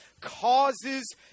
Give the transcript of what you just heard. causes